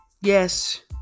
Yes